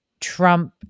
trump